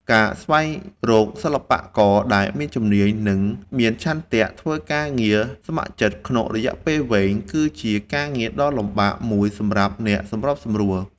ការស្វែងរកសិល្បករដែលមានជំនាញ និងមានឆន្ទៈធ្វើការងារស្ម័គ្រចិត្តក្នុងរយៈពេលវែង គឺជាការងារដ៏លំបាកមួយសម្រាប់អ្នកសម្របសម្រួល។